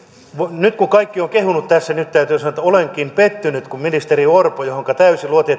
nyt kun kaikki ovat kehuneet tässä niin nyt täytyy sanoa että olenkin pettynyt kun ministeri orpo johonka täysin luotin